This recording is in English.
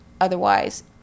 Otherwise